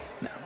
No